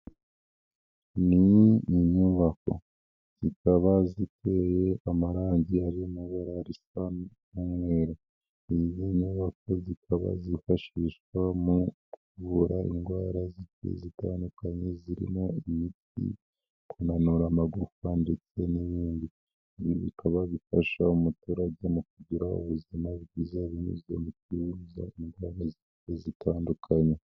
Ni inyubako, zikaba ziteye amarangi ari mu ibara risa n'umweru, izi nyubako zikaba zifashishwa mu kuvura indwara zigiye zitandukanye, zirimo imiti, kunanura amagufa ndetse n'ibindi, ibi bikaba bifasha umuturage mu kugira ubuzima bwiza binyuze mu kwivuza indwara zigiye zitandukanye.